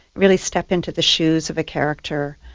really step into the shoes of a character,